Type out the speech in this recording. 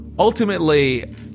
ultimately